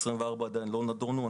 24 עדיין לא נדונו.